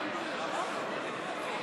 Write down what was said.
נא לשבת.